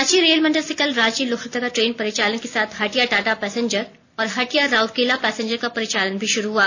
Ranchi rail मंडल से कल रांची लोहरदगा ट्रेन परिचालन के साथ हटिया टाटा पैसेंजर और हटिया राउरकेला पैसेंजर का परिचालन भी शुरू हुआ